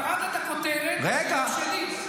קראת את הכותרת, היא לא שלי.